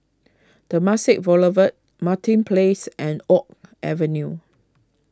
Temasek Boulevard Martin Place and Oak Avenue